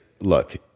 look